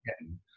Again